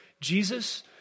Jesus